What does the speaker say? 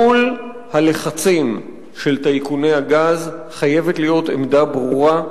מול הלחצים של טייקוני הגז חייבת להיות עמדה ברורה,